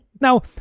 Now